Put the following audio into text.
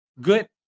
good